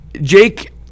Jake